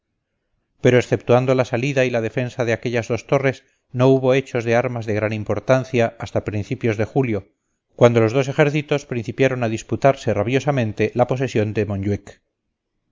pero exceptuando la salida y la defensa de aquellas dos torres no hubo hechos de armas de gran importancia hasta principios de julio cuando los dos ejércitos principiaron a disputarse rabiosamente la posesión de